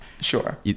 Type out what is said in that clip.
Sure